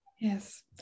yes